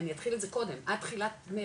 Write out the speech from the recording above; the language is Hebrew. אני אתחיל את זה קודם, עד תחילת מרץ,